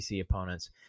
opponents